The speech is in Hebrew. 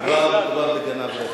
המשטרה אמרה שמדובר בגנב רכב.